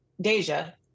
Deja